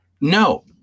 No